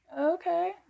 Okay